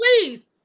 please